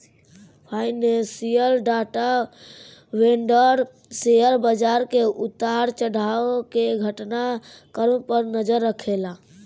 financial data vendor share बाजार के उतार चढ़ाव के घटना क्रम पर नजर रखेला